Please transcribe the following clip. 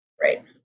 Right